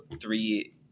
three